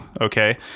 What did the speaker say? okay